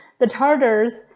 the tartars,